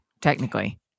technically